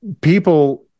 people